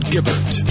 Gibbert